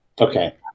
Okay